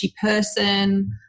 person